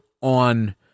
on